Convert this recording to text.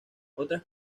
otras